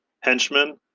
Henchman